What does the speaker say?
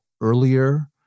earlier